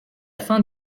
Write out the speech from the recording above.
fin